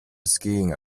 skiing